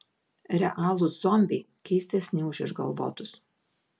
realūs zombiai keistesni už išgalvotus